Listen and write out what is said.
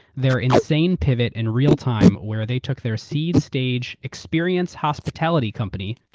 their insane pivot in real time where they took their seed-stage experience hospitality company,